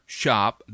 shop